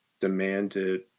demanded